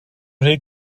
rhy